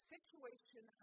Situation